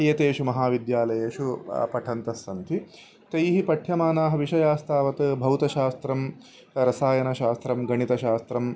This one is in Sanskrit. एतेषु महाविद्यालयेषु पठन्तः सन्ति तैः पठ्यमानाः विषयास्तावत् भौतशास्त्रं रसायनशास्त्रं गणितशास्त्रम्